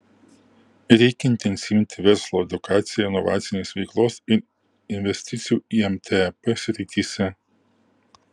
reikia intensyvinti verslo edukaciją inovacinės veiklos ir investicijų į mtep srityse